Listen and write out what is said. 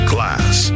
Class